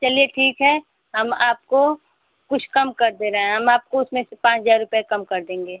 चलिए ठीक है हम आपको कुछ कम कर दे रहे हैं हम आपको उसमें से पाँच हजार रुपए कम कर देंगे